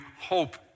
hope